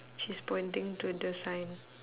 she's pointing to the sign